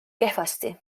kehvasti